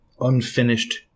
unfinished